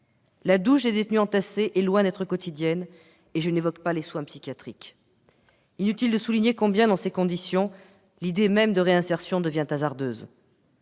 La douche des détenus entassés est loin d'être quotidienne, et je n'évoque pas les soins psychiatriques ... Inutile de souligner combien la réinsertion devient hasardeuse